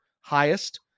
highest